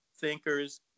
thinkers